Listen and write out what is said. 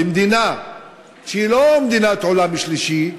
במדינה שהיא לא מדינת עולם שלישי,